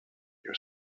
you